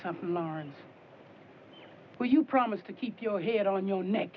something lauren will you promise to keep your head on your neck